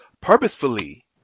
purposefully